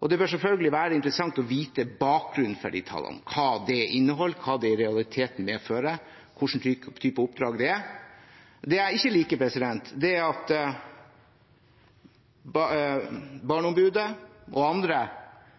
og det bør selvfølgelig være interessant å vite bakgrunnen for de tallene – hva de inneholder, hva de i realiteten medfører, hva slags oppdrag det er. Det jeg ikke liker, er at Barneombudet og andre,